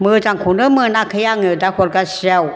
मोजांखौनो मोनाखै आङो दा हरगासेयाव